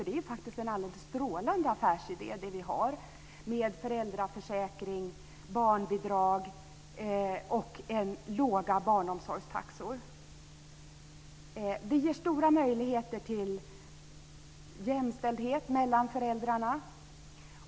Det är faktiskt en alldeles strålande affärsidé som vi har med föräldraförsäkring, barnbidrag och låga barnomsorgstaxor. Det ger stora möjligheter till jämställdhet mellan föräldrarna.